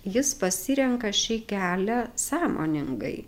jis pasirenka šį kelią sąmoningai